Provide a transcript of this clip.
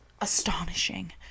astonishing